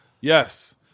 Yes